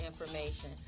information